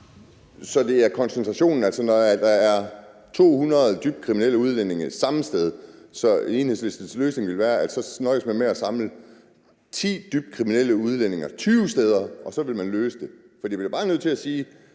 Så det er koncentrationen. Altså når der er 200 dybt kriminelle udlændinge samme sted, er Enhedslistens løsning, at man nøjes med at samle 10 dybt kriminelle udlændinge 20 steder, og så vil det løse det. Jeg bliver bare nødt til sige,